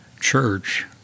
Church